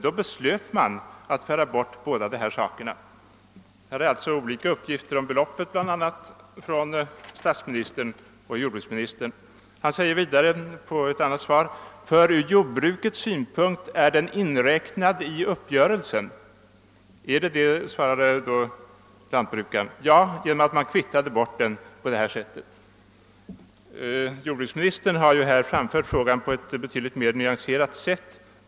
Då beslöt man att föra bort båda de här sakerna ———.» Det har alltså lämnats olika uppgifter om beloppet bl.a. från statsministern och jordbruksministern. Som svar på en annan fråga yttrade statsministern: «För ur jordbrukets synpunkt är den inräknad i uppgörelsen.» »Är den det?» undrade frågeställaren. »Ja, genom att man kvittade bort den på det här sättet>, löd statsministerns svar. Jordbruksministern har här besvarat frågorna på ett betydligt mer nyanserat sätt.